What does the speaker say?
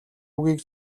үгийг